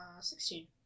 Sixteen